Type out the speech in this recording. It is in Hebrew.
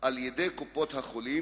על-ידי קופות-החולים,